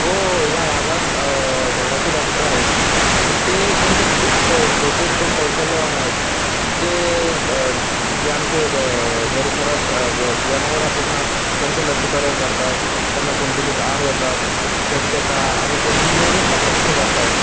हो या भागात ढोराचे डॉक्टर आहेत आणि ते त्यांच्यात खूप क को ते खूप कौशल्यवान आहेत ते जे ग आमचे परिसरात जनावर राातात ना त्यांचं लसीकरण करतात त्यांना संतुलित आहार देतात स्वच्छता आणि त्यांची नियमित तपासणी करतात